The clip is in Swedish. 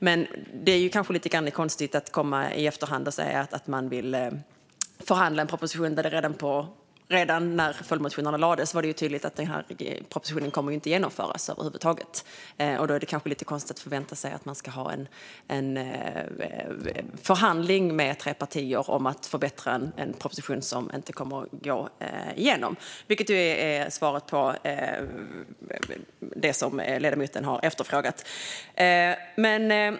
Men det är kanske lite konstigt att komma i efterhand och säga att man vill förhandla om en proposition när det redan då följdmotionerna väcktes var tydligt att propositionen inte kommer att genomföras över huvud taget. Det är kanske lite konstigt att förvänta sig att man ska ha en förhandling med tre partier om att förbättra en proposition som inte kommer att gå igenom, vilket är svaret på det som ledamoten har efterfrågat.